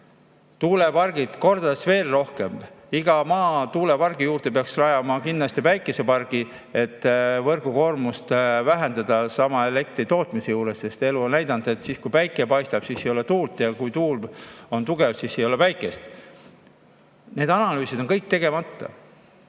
tuulepargid – kordades rohkem. Iga maatuulepargi juurde peaks rajama kindlasti päikesepargi, et võrgukoormust elektritootmisel vähendada, sest elu on näidanud, et siis, kui päike paistab, ei ole tuult, ja kui tuul on tugev, siis pole päikest. Need analüüsid on kõik tegemata.